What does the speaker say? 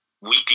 weekly